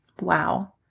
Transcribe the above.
Wow